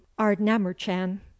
Ardnamurchan